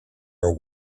are